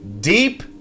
Deep